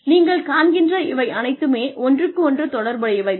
நீங்கள் காண்கின்ற இவை அனைத்துமே ஒன்றுக்கொன்று தொடர்புடையவை தான்